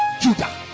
Judah